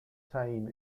time